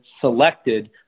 selected